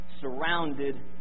surrounded